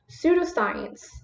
pseudoscience